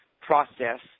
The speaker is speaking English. process